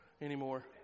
anymore